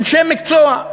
אנשי מקצוע,